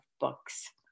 books